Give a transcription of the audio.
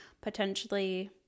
potentially